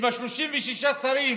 גם 36 שרים